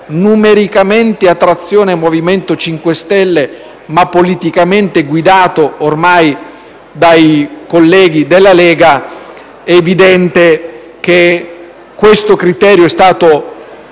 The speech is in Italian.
numericamente a trazione MoVimento 5 Stelle, ma politicamente guidato ormai dai colleghi della Lega, è evidente che questo criterio è stato